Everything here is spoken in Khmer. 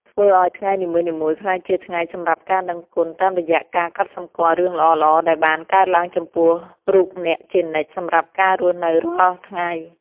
ធ្វើឱ្យថ្ងៃនីមួយៗក្លាយជាថ្ងៃសម្រាប់ការដឹងគុណតាមរយៈការកត់សម្គាល់រឿងល្អៗដែលបានកើតឡើងចំពោះរូបអ្នកជានិច្ចសម្រាប់ការរស់នៅរាល់ថ្ងៃ។